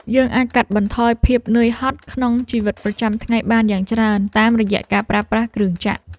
យើងអាចកាត់បន្ថយភាពនឿយហត់ក្នុងជីវិតប្រចាំថ្ងៃបានយ៉ាងច្រើនតាមរយៈការប្រើប្រាស់គ្រឿងចក្រ។